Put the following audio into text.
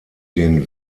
den